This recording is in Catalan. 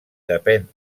depèn